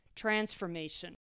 transformation